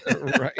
Right